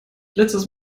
letztes